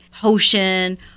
potion